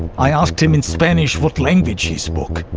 i asked him in spanish what language he spoke.